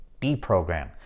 deprogram